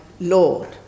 Lord